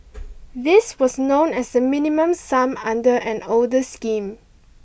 this was known as the Minimum Sum under an older scheme